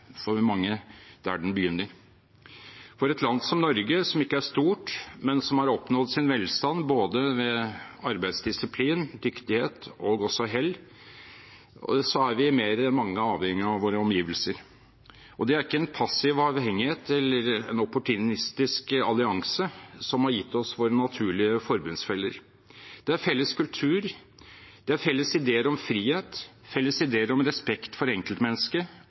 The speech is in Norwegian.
for mange der den begynner. I et land som Norge, som ikke er stort, men som har oppnådd sin velstand både ved arbeidsdisiplin, dyktighet og også hell, er vi mer enn mange avhengig av våre omgivelser. Det er ikke en passiv avhengighet eller en opportunistisk allianse som har gitt oss våre naturlige forbundsfeller. Det er felles kultur, det er felles ideer om frihet, felles ideer om respekt for